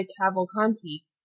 Cavalcanti